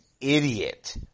idiot